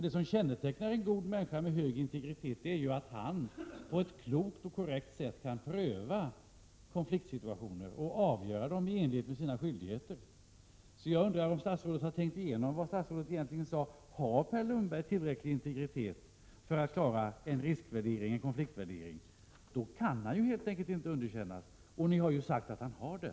Det som kännetecknar en god människa med hög integritet är ju att denna människa på ett klokt och korrekt sätt kan pröva konfliktsitåationer och avgöra dem i enlighet med sina skyldigheter. Jag undrar om statsrådet har tänkt igenom vad statsrådet egentligen sade. Om Per Lundberg har tillräcklig integritet för att klara en konfliktvärdering, då kan han helt enkelt inte underkännas. Och ni har ju sagt att han har det.